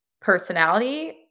personality